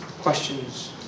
questions